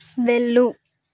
వెళ్ళు